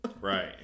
Right